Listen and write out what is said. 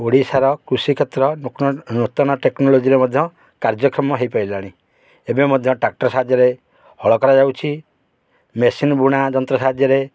ଓଡ଼ିଶାର କୃଷି କ୍ଷେତ୍ର ନୂତନ ଟେକ୍ନୋଲୋଜିରେ ମଧ୍ୟ କାର୍ଯ୍ୟକ୍ରମ ହୋଇପାରିଲାଣି ଏବେ ମଧ୍ୟ ଟ୍ରାକ୍ଟର୍ ସାହାଯ୍ୟରେ ହଳ କରାଯାଉଛି ମେସିନ୍ ବୁଣା ଯନ୍ତ୍ର ସାହାଯ୍ୟରେ